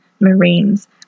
marines